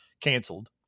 canceled